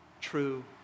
true